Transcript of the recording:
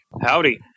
Howdy